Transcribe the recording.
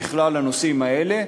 ובכלל הנושאים האלה,